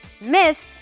miss